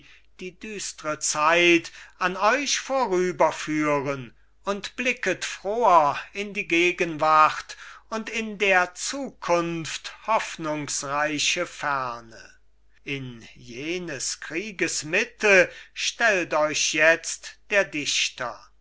die düstre zeit an euch vorüberführen und blicket froher in die gegenwart und in der zukunft hoffnungsreiche ferne in jenes krieges mitte stellt euch jetzt der dichter